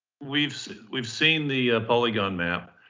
we've so we've seen the polygon map.